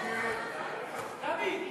התשע"ז 2017,